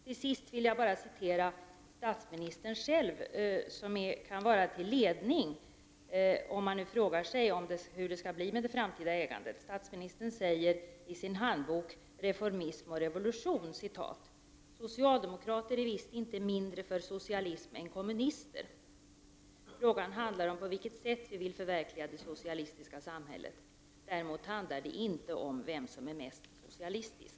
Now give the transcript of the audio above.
Till sist vill jag citera statsministern som ledning för hur det skall bli med det framtida ägandet. I sin ideologiska handbok Reformism och revolution uttalar han: ”Socialdemokrater är visst inte mindre för socialism än kommunister. Frågan handlar om på vilket sätt vi vill förverkliga det socialistiska samhället. Däremot handlar det inte om vem som är mest socialistisk.”